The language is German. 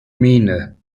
miene